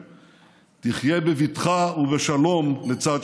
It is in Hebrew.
לא בהסכמי השלום עם ירדן,